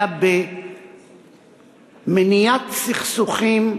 אלא במניעת סכסוכים,